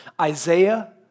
Isaiah